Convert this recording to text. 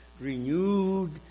renewed